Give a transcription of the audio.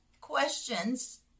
questions